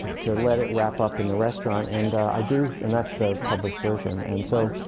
to let it wrap up in the restaurant. and i do and that's the published version. and so